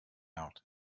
out